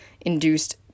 induced